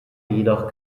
jedoch